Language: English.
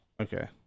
Okay